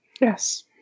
Yes